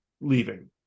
leaving